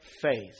faith